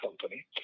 company